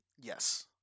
Yes